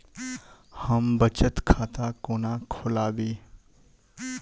हम बचत खाता कोना खोलाबी?